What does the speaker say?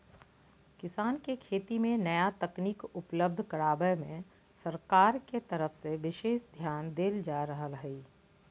किसान के खेती मे नया तकनीक उपलब्ध करावे मे सरकार के तरफ से विशेष ध्यान देल जा रहल हई